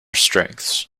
strengths